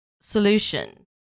solution